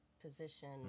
position